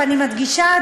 ואני מדגישה,